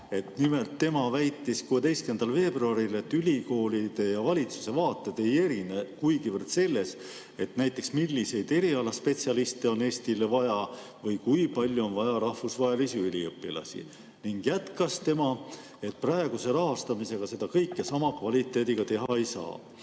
Nimelt väitis ta 16. veebruaril, et ülikoolide ja valitsuse vaated ei erine kuigivõrd näiteks selles, milliseid erialaspetsialiste on Eestile vaja või kui palju on vaja rahvusvahelisi üliõpilasi. Ta jätkas, et praeguse rahastamisega seda kõike sama kvaliteediga teha ei saa.